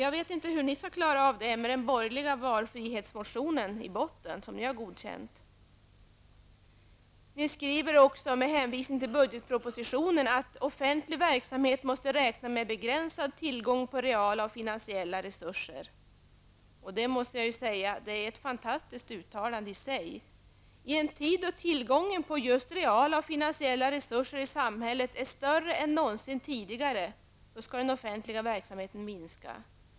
Jag vet inte hur ni skall klara av det med den borgerliga valfrihetsmotionen, som ni har godkänt, i botten. Med hänvisning till budgetpropositionen skriver ni att offentlig verksamhet måste räkna med begränsad tillgång på reala och finansiella resurser. Det är ett fantastiskt uttalande i sig. I en tid då tillgången på just reala och finansiella resurser i samhället är större än någonsin tidigare, skall den offentliga verksamheten minska.